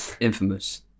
Infamous